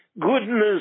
goodness